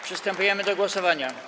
Przystępujemy do głosowania.